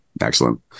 excellent